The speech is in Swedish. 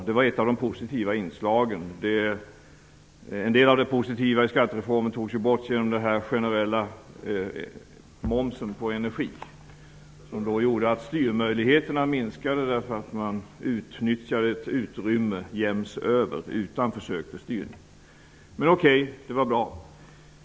Det var ett av de positiva inslagen. En del av det positiva i skattereformen togs ju bort genom den generella momsen på energi, som då gjorde att styrmöjligheterna minskade, därför att man utnyttjade ett utrymme rakt över, utan försök till styrning. Men det var bra.